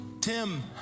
Tim